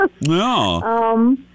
No